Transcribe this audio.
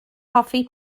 hoffi